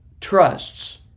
trusts